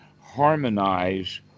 harmonize